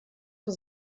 für